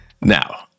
Now